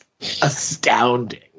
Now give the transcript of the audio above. astounding